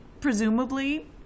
presumably